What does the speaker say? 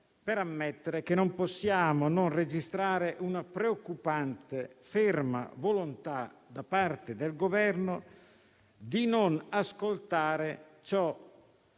di ammettere che non possiamo non registrare una preoccupante e ferma volontà da parte del Governo di non ascoltare ciò